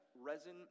resin